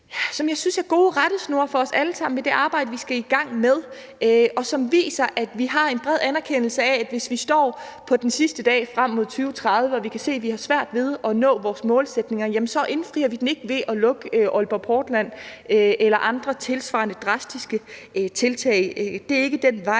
som jeg synes er gode rettesnore for os alle sammen i det arbejde, vi skal i gang med, og som viser, at vi har en bred anerkendelse af, at hvis vi står på den sidste dag frem mod 2030 og kan se, at vi har svært ved at nå vores målsætninger, så indfrier vi dem ikke ved at lukke Aalborg Portland eller gøre andre tilsvarende drastiske tiltag. Det er ikke den vej,